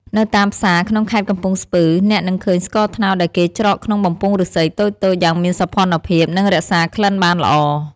នៅតាមផ្សារក្នុងខេត្តកំពង់ស្ពឺ អ្នកនឹងឃើញស្ករត្នោតដែលគេច្រកក្នុងបំពង់ឫស្សីតូចៗយ៉ាងមានសោភ័ណភាព និងរក្សាក្លិនបានល្អ។